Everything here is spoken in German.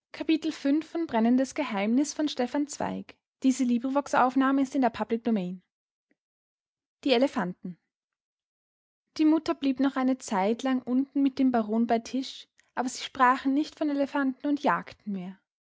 die elefanten die mutter blieb noch eine zeitlang unten mit dem baron bei tisch aber sie sprachen nicht von elefanten und jagden mehr